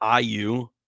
IU